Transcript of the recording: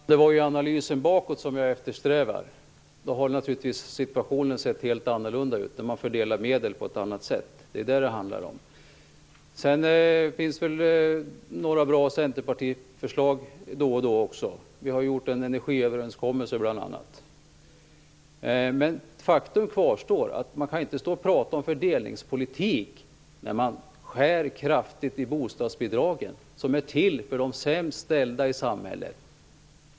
Fru talman! Jag eftersträvade en analys bakåt. Om medlen hade fördelats på ett annat sätt hade naturligtvis situationen sett helt annorlunda ut. Det är vad det hela handlar om. Då och då finns det väl några bra förslag från Centerpartiet. Vi har bl.a. en överenskommelse om energin. Men faktum kvarstår att det inte går att prata om fördelningspolitik när man samtidigt skär kraftigt i bostadsbidragen. Bidragen är till för de sämst ställda i samhället.